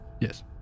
Yes